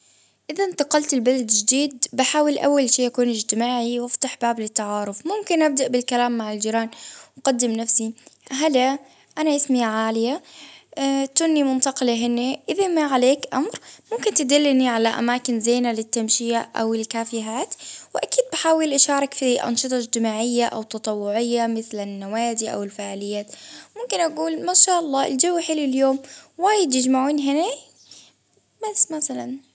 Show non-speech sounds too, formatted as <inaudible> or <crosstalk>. إذا إنتقلت لبلد جديد بحاول أول شيء أكون إجتماعي وأفتح باب للتعارف، ممكن أبدأ بالكلام مع الجيران، أقدم نفسي، هلا أنا إسمي عالية، <hesitation> منتقلة هني إذا ما عليك أمر ممكن تدلني على أماكن زينة للتمشية أو الكافيهات، وأكيد بحاول أشارك في أنشطة إجتماعية أو تطوعية مثل النوادي أو الفعاليات، ممكن أقول ما شاء الله الجو حلو اليوم وايد حلوة ممكن يجمعون هنا، بس مثلا.